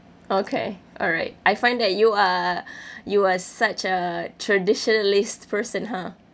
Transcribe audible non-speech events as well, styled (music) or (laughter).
okay all right I find that you are (breath) you are such a traditionalist person !huh!